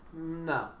No